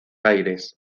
aires